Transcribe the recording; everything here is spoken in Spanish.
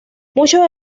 muchos